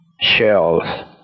shells